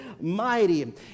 mighty